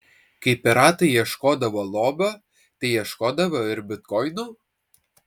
kai piratai ieškodavo lobio tai ieškodavo ir bitkoinų